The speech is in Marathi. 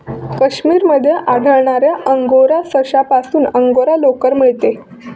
काश्मीर मध्ये आढळणाऱ्या अंगोरा सशापासून अंगोरा लोकर मिळते